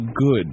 good